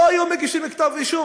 לא היו מגישים כתב אישום,